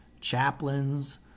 chaplains